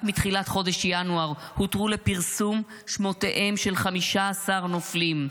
רק מתחילת חודש ינואר הותרו לפרסום שמותיהם של 15 נופלים,